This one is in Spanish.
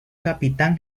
capitán